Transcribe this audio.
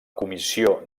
comissió